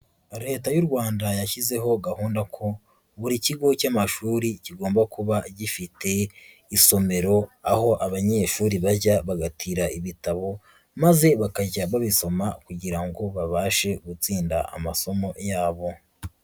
Leta y'u Rwanda yashyizeho gahunda ko buri kigo cy'amashuri kigomba kuba gifite isomero, aho abanyeshuri bajya bagatira ibitabo maze bakajya babisoma kugira ngo babashe gutsinda amasomo yabo.